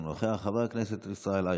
חבר הכנסת דן אילוז,